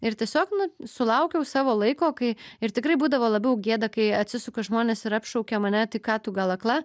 ir tiesiog nu sulaukiau savo laiko kai ir tikrai būdavo labiau gėda kai atsisuka žmonės ir apšaukia mane tai ką tu gal akla